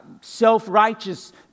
self-righteous